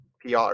PR